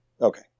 Okay